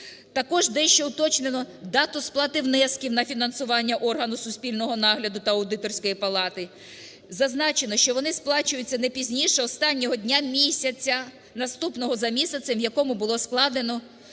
Також дещо уточнено дату сплати внесків на фінансування органу суспільного нагляду та аудиторської палати. Зазначено, що вони сплачуються не пізніше останнього дня місяця, наступного за місяцем, в якому було складено,